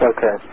Okay